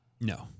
No